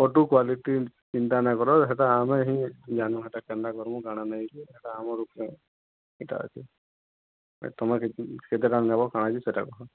photo quality ଚିନ୍ତା ନାଇଁ କର ସେଟା ଆମେ ହିଁ ଜାଣୁ ସେଟା କେନ୍ତା କର୍ମୁ କାଣା ନେଇକି ସେଟା ଆମ୍ର ଉପରେ ସେଟା ଅଛି ତୁମେ କେତେ ଟଙ୍କା ଦବ ସେଟା କୁହ